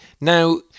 Now